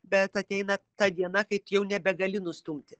bet ateina ta diena kai tu jau nebegali nustumti